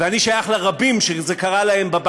ואני שייך לרבים בבית הזה שזה קרה להם,